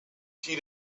she